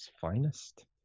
finest